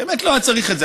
באמת, לא היה צריך את זה.